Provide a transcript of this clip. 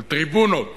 של טריבונות